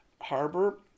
harbor